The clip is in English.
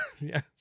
yes